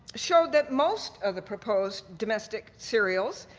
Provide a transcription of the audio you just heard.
showed that most of the proposed domestic cereals